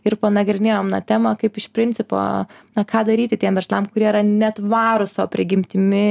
ir panagrinėjom na temą kaip iš principo na ką daryti tiem verslam kurie yra netvarūs savo prigimtimi